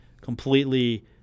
Completely